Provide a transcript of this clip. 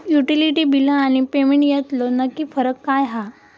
Utility बिला आणि payment यातलो नक्की फरक काय हा?